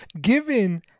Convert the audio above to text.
given